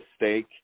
mistake